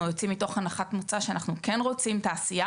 אנחנו יוצאים מתוך הנחת מוצא שאנחנו כן רוצים תעשייה,